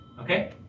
Okay